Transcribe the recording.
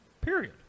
Period